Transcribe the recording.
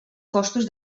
costos